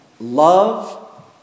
Love